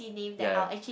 ya ya